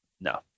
no